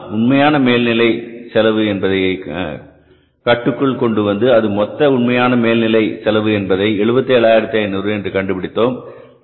ஆனால் உண்மையான மேல்நிலை செலவு என்பதை கட்டுக்குள் கொண்டுவந்து அது மொத்த உண்மையான மேல்நிலை செலவு என்பதை 77500 என்று கண்டுபிடித்தோம்